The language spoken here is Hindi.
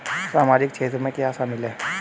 सामाजिक क्षेत्र में क्या शामिल है?